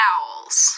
Owls